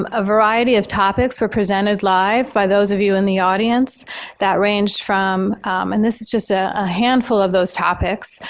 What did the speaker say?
um a variety of topics were presented live by those of you in the audience that range from and this is just ah a handful of those topics.